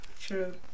True